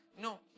No